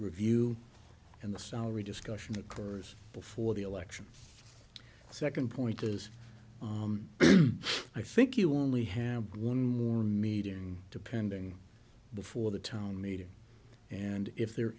review and the salary discussion occurs before the election the second point is i think you only have one more meeting and depending before the town meeting and if there